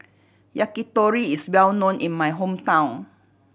yakitori is well known in my hometown